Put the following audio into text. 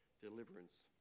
deliverance